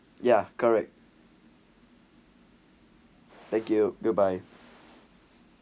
ya correct thank you goodbye